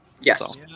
Yes